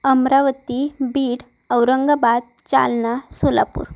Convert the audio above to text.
Amravati Beed Aurangabad Jalna Solapur